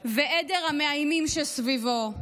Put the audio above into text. ועדר המאיימים שסביבו,